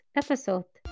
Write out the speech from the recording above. episode